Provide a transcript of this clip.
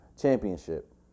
Championship